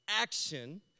action